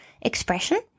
expression